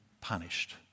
punished